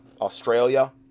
Australia